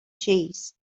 cheese